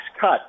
cut